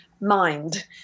mind